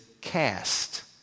cast